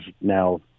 now